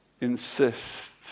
insist